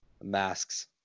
masks